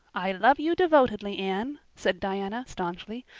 i love you devotedly, anne, said diana stanchly,